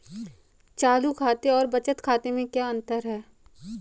चालू खाते और बचत खाते में क्या अंतर है?